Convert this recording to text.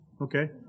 okay